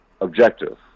objective